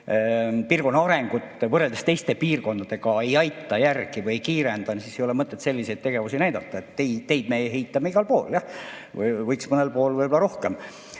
piirkonna arengut võrreldes teiste piirkondadega ei aita järele või ei kiirenda, siis ei ole mõtet selliseid tegevusi näidata. Teid me ehitame igal pool, jah, võiks mõnel pool võib-olla rohkemgi.